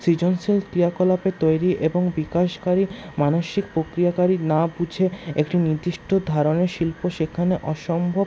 সৃজনশীল ক্রিয়াকলাপে তৈরি এবং বিকাশকারী মানসিক প্রক্রিয়াকারী না বুঝে একটি নির্দিষ্ট ধরনের শিল্প সেখানে অসম্ভব